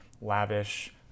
lavish